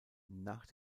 nach